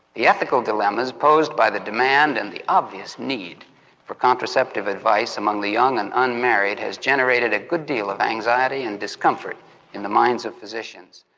the ethical dilemmas posed by the demand and the obvious need for contraceptive advice among the young and unmarried has generated a good deal of anxiety and discomfort in the minds of physicians.